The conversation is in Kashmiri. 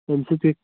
امہِ سۭتۍ ہیٚکہِ